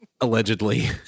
allegedly